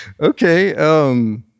Okay